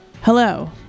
Hello